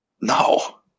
No